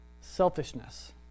selfishness